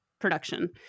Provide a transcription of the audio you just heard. production